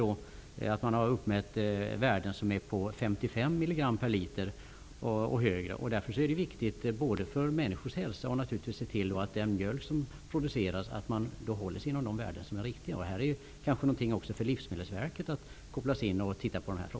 På Öland har värden på 55 mg per liter och högre uppmätts. Det är därför viktigt för människors hälsa att se till att den mjölk som produceras hålls inom gällande värden. Den här frågan bör kanske även Livsmedelsverket kopplas in på.